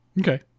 Okay